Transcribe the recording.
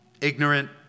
ignorant